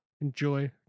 enjoy